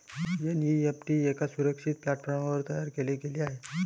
NEFT एका सुरक्षित प्लॅटफॉर्मवर तयार केले गेले आहे